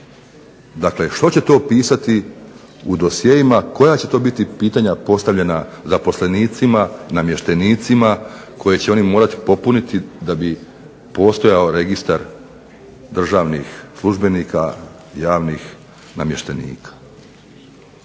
Dakle, što će to pisati u dosjeima, koja će to biti pitanja postavljena zaposlenicima, namještenicima koje će oni morati popuniti da bi postojao registar državnih službenika, javnih namještenika.